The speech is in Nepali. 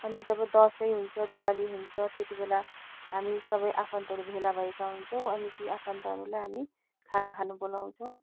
अनि जब दसैँ हुन्छ दिवाली हुन्छ त्यति बेला हामी सबै आफन्तहरू भेला भएका हुन्छौँ अनि ती आफन्तहरूलाई हामी खाना खान बोलाउँछौँ